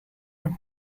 who